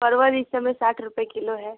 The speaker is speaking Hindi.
परवल इस समय साठ रुपये किलो है